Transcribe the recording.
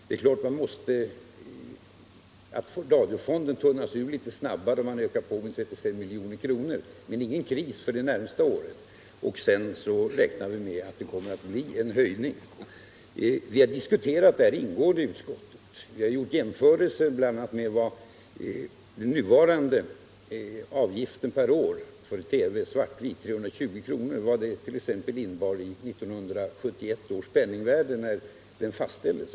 Det är klart att radiofonden tunnas ur litet snabbare om man ökar på uttaget med 35 milj.kr... men det medför ingen kris för det närmaste året, och sedan räknar vi med att det kommer att bli en höjning. Vi har diskuterat detta ingående i utskottet. Vi har beräknat vad den nuvarande avgiften 320 kr. för färg-TV motsvarar i 1971 års penningvärde, dvs. när avgiften fastställdes.